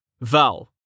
Val